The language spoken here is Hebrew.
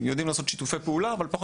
יודעים לעשות שיתופי פעולה אבל פחות